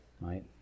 right